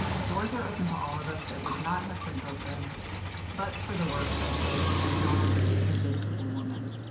doors are open to all of us that would not have been open but for the work of this strong, invincible woman.